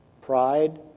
Pride